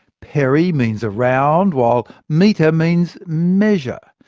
peri means around, while meter means measure.